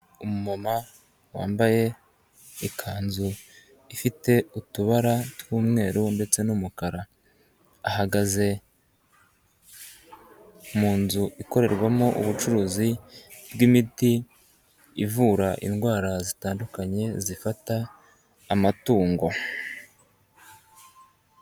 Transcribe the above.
Umunma wambaye ikanzu ifite utubara tw'umweru ndetse n'umukara, ahagaze mu nzu ikorerwamo ubucuruzi bw'imiti ivura indwara zitandukanye zifata amatungo.